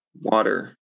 water